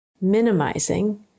minimizing